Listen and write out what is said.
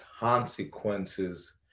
Consequences